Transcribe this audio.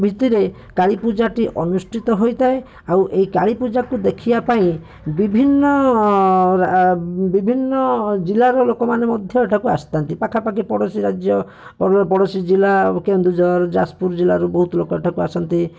ଭିତ୍ତିରେ କାଳୀପୂଜାଟି ଅନୁଷ୍ଠିତ ହୋଇଥାଏ ଆଉ ଏଇ କାଳୀପୂଜାକୁ ଦେଖିବା ପାଇଁ ବିଭିନ୍ନ ବିଭିନ୍ନ ଜିଲ୍ଲାର ଲୋକମାନେ ମଧ୍ୟ ଆସିଥାନ୍ତି ପାଖାପାଖି ପୋଡ଼ଶୀ ରାଜ୍ୟ ପୋଡ଼ଶୀ ଜିଲ୍ଲା କେନ୍ଦୁଝର ଯାଜପୁର ଜିଲ୍ଲାରୁ ବହୁତ ଲୋକ ଏଠାକୁ ଆସନ୍ତି